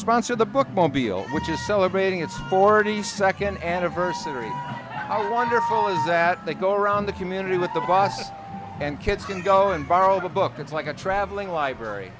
sponsor the bookmobile which is celebrating its forty second anniversary how wonderful is that they go around the community with the buses and kids can go and borrow a book it's like a traveling library